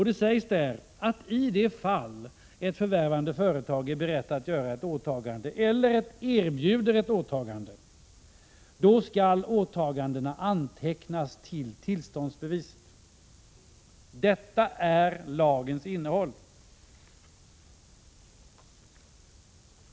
Det sägs att i de fall ett förvärvande företag är berett att göra ett åtagande eller erbjuder ett åtagande skall åtagandena antecknas till tillståndsbeviset. Detta är lagens innehåll.